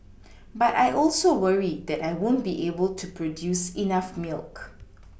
but I also worry that I won't be able to produce enough milk